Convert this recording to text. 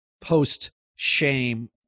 post-shame